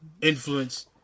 influence